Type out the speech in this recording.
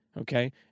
okay